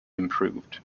improved